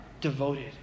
devoted